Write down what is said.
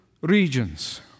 regions